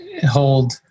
hold